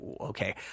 Okay